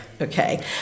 okay